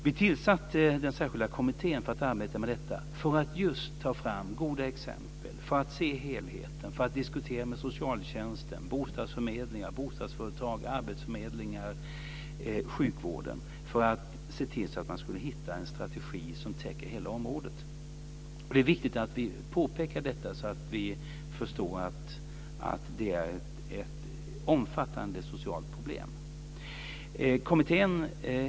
Vi tillsatte den särskilda kommittén som nu arbetar med detta för att just ta fram goda exempel, för att se helheten, för att diskutera med socialtjänsten, bostadsförmedlingar, bostadsföretag, arbetsförmedlingar och sjukvården, för att se till att hitta en strategi som täcker hela området. Det är viktigt att vi påpekar detta så att vi förstår att det är ett omfattande socialt problem.